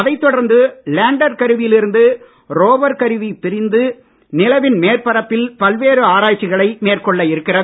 அதைத் தொடர்ந்து லேண்டர் கருவியில் இருந்து ரோவர் கருவி பிரிந்து நிலவின் மேற்பரப்பில் பல்வேறு ஆராய்ச்சிகளை மேற்கொள்ள இருக்கிறது